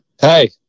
Hey